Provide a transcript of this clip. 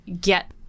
get